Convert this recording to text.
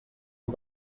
amb